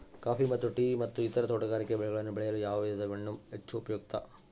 Coffee ಮತ್ತು tea ಮತ್ತು ಇತರ ತೋಟಗಾರಿಕೆ ಬೆಳೆಗಳನ್ನು ಬೆಳೆಯಲು ಯಾವ ವಿಧದ ಮಣ್ಣು ಹೆಚ್ಚು ಉಪಯುಕ್ತ?